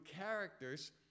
characters